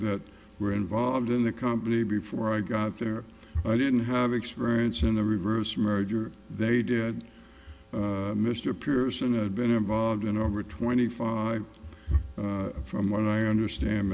that were involved in the company before i got there i didn't have experience in the reverse merger they did mr pearson had been involved in over twenty five from what i understand